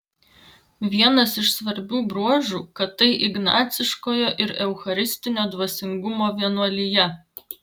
vienas iš svarbių bruožų kad tai ignaciškojo ir eucharistinio dvasingumo vienuolija